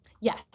Yes